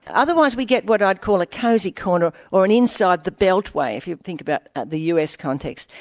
otherwise we get what i'd call a cosy corner, or an inside the belt way, if you think about the us context,